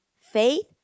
faith